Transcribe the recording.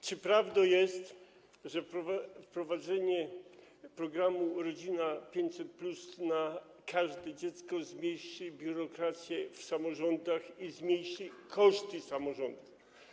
Czy prawdą jest, że wprowadzenie programu „Rodzina 500+” na każde dziecko zmniejszy biurokrację w samorządach i zmniejszy koszty samorządów?